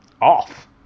off